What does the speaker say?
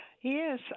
Yes